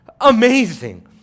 Amazing